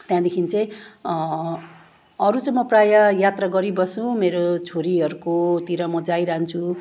त्यहाँदेखि चाहिँ अरू चाहिँ म प्रायः यात्रा गरिबस्छु मेरो छोरीहरूकोतिर म जाइरहन्छु